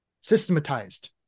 systematized